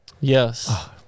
Yes